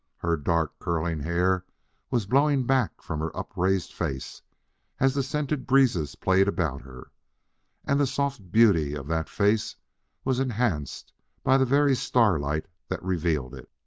her dark, curling hair was blowing back from her upraised face as the scented breezes played about her and the soft beauty of that face was enhanced by the very starlight that revealed it.